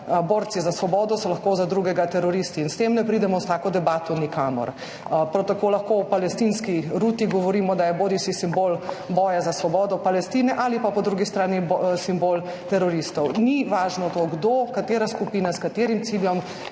borci za svobodo, so lahko za drugega teroristi. In s tem ne pridemo s tako debato nikamor. Prav tako lahko o palestinski ruti govorimo, da je bodisi simbol boja za svobodo Palestine bodisi po drugi strani simbol teroristov. Ni važno to, kdo, katera skupina, s kakšnim ciljem